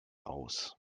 aus